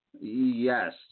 Yes